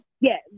Yes